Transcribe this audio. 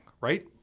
right